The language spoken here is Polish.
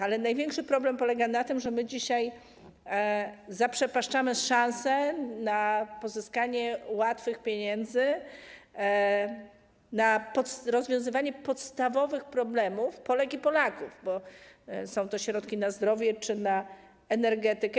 Ale największy problem polega na tym, że my dzisiaj zaprzepaszczamy szansę na pozyskanie łatwych pieniędzy, na rozwiązywanie podstawowych problemów Polek i Polaków, bo są to środki na zdrowie czy na energetykę.